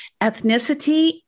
ethnicity